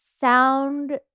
Sound